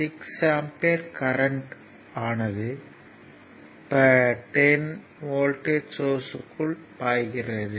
6 ampere current ஆனது 10 voltage சோர்ஸ்க்குள் பாய்க்கிறது